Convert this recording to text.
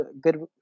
good